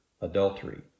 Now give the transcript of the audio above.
adultery